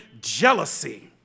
jealousy